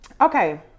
Okay